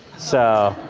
so.